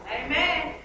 Amen